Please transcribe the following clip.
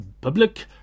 public